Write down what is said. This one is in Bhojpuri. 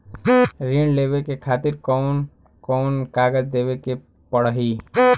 ऋण लेवे के खातिर कौन कोन कागज देवे के पढ़ही?